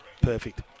Perfect